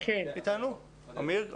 ותלמידות שמפנים אליהם אלימות,